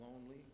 lonely